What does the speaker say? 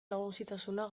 nagusitasuna